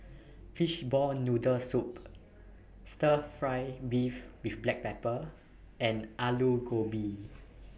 Fishball Noodle Soup Stir Fry Beef with Black Pepper and Aloo Gobi